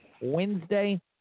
Wednesday